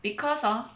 because hor